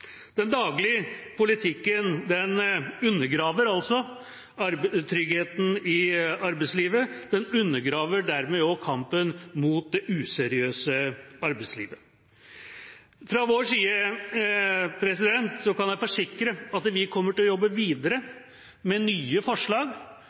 Den daglige politikken undergraver tryggheten i arbeidslivet, og den undergraver dermed også kampen mot det useriøse arbeidslivet. Fra vår side kan jeg forsikre om at vi kommer til å jobbe videre